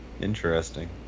Interesting